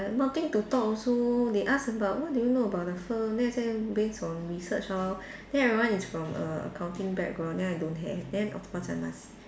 nothing to talk also they ask about what do you know about the firm then I say based on research lor then everyone is from err accounting background then I don't have then of course I must